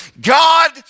God